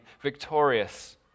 victorious